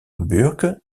burke